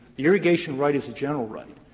the irrigation right is a general right,